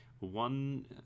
One